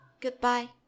Goodbye